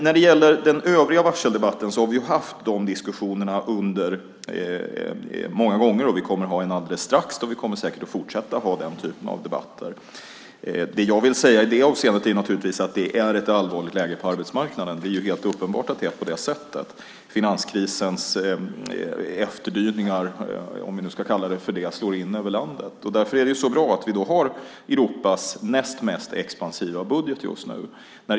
När det gäller den övriga varseldebatten har vi haft diskussioner många gånger, vi kommer att ha en alldeles strax och vi kommer säkert att fortsätta ha den typen av debatter. Det jag vill säga i det avseendet är naturligtvis att det är ett allvarligt läge på arbetsmarknaden. Det är alldeles uppenbart att det är på det sättet. Finanskrisens efterdyningar, om vi nu ska kalla det så, slår in över landet. Därför är det så bra att vi har Europas näst mest expansiva budget just nu.